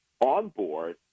onboard